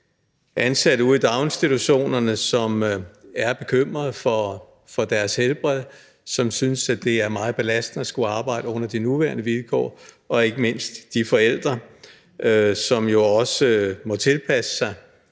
ansatte ude i daginstitutionerne, som er bekymrede for deres helbred, og som synes, at det er meget belastende at skulle arbejde under de nuværende vilkår, og ikke mindst til de forældre, som jo også må tilpasse sig